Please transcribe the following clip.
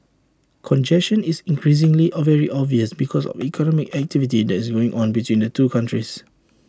congestion is increasingly A very obvious because of economic activity that is going on between the two countries